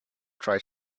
tried